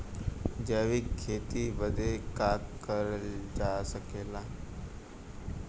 जैविक खेती बदे का का करल जा सकेला?